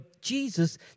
Jesus